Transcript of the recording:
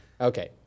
Okay